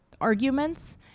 arguments